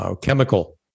chemical